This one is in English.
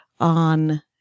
on